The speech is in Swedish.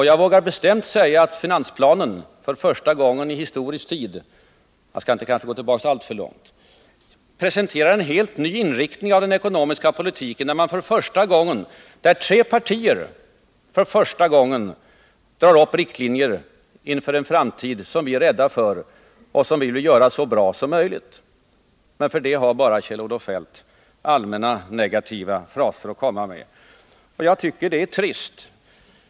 Jag vågar bestämt hävda att finansplanen för första gången i historisk tid presenterar en helt ny inriktning av den ekonomiska politiken. I årets finansplan drar tre partier upp riktlinjerna för en framtid som vi är rädda för och som vi vill göra så bra som möjligt. Men för detta har Kjell-Olof Feldt bara allmänna negativa fraser till övers — och det är trist.